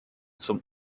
zum